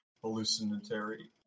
hallucinatory